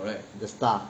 the star